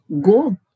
go